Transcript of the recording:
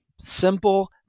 simple